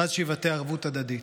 צעד שיבטא ערבות הדדית.